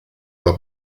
alla